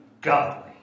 godly